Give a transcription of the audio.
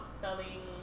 selling